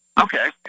okay